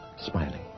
smiling